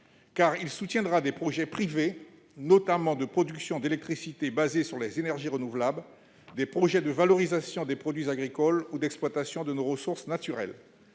de soutenir des projets privés, notamment de production d'électricité fondée sur les énergies renouvelables, de valorisation des produits agricoles, ou encore d'exploitation de nos ressources naturelles.